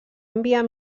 enviar